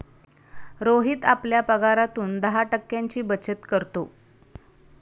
रोहित आपल्या पगारातून दहा टक्क्यांची बचत करतो